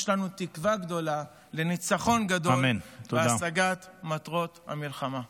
יש לנו תקווה גדולה לניצחון גדול ולהשגת מטרות המלחמה.